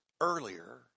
earlier